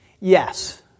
Yes